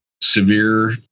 severe